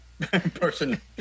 person